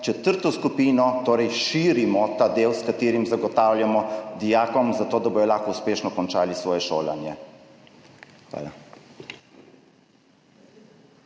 četrto skupino, torej širimo ta del, s katerim zagotavljamo dijakom, da bodo lahko uspešno končali svoje šolanje. Hvala.